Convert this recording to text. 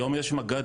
היום יש מג"דיות,